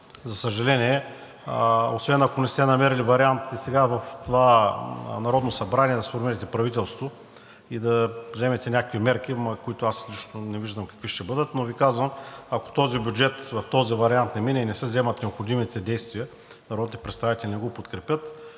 за съжаление, освен ако не сте намерили вариант сега в това Народно събрание да сформирате правителство и да вземете някакви мерки, които аз лично не виждам какви ще бъдат. Но Ви казвам, ако този бюджет, в този вариант не мине и не се вземат необходимите действия – народните представители не го подкрепят,